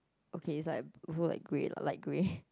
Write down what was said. okay it's like also like grey lah light grey